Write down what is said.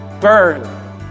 burn